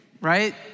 right